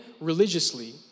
religiously